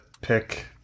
pick